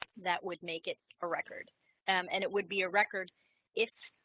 that would make it a record and it would be a record if